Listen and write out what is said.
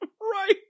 right